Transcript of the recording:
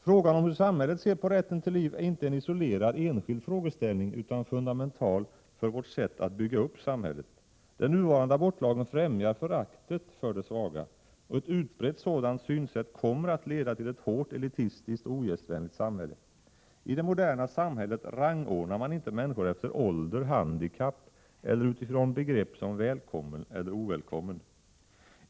Frågan om hur samhället ser på rätten till liv är inte en isolerad enskild frågeställning utan fundamental för vårt sätt att bygga upp samhället. Den nuvarande abortlagen främjar föraktet för det svaga. Och ett utbrett sådant synsätt kommer att leda till ett hårt, elitistiskt och ogästvänligt samhälle. I det moderna samhället rangordnar man inte människor efter ålder, handikapp eller utifrån begrepp som ”välkommen” eller ”ovälkommen”.